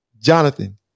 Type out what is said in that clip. Jonathan